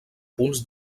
punts